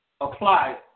apply